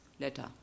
letter